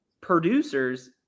producers